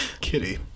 kitty